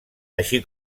així